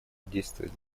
действовать